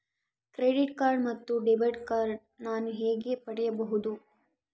Credit card ಮತ್ತು debit card ನಾನು ಹೇಗೆ ಪಡೆಯಬಹುದು?